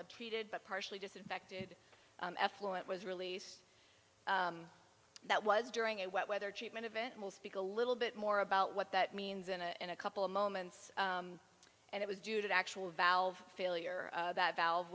of treated but partially disinfected effluent was released that was during a wet weather treatment event will speak a little bit more about what that means in a in a couple of moments and it was due to actual valve failure that valve